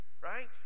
right